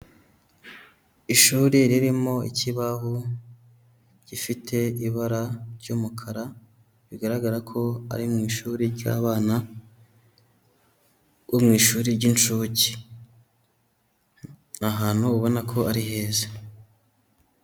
Ishuri ririmo ikibaho gifite ibara ry'umukara, bigaragara ko ari mu ishuri ry'abana bo mu ishuri ry'inshuke, ni ahantu ubona ko ari heza.